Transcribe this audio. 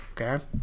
Okay